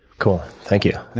cool. thank you.